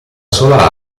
sola